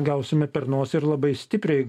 gausime per nosį ir labai stipriai